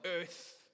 earth